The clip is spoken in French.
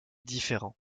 différent